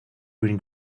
green